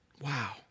Wow